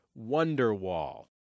Wonderwall